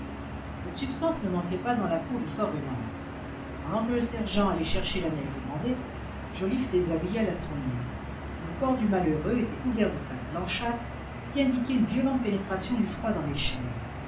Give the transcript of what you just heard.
cette substance ne manquait pas dans la cour du fort reliance pendant que le sergent allait chercher la neige demandée joliffe déshabilla l'astronome le corps du malheureux était couvert de plaques blanchâtres qui indiquaient une violente pénétration du froid dans les chairs